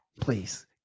please